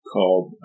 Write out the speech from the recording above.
called